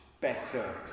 better